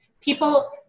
people